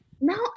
No